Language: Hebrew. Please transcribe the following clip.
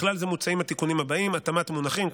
בכלל זה מוצעים התיקונים הבאים: התאמת מונחים,